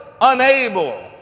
unable